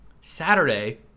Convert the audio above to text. Saturday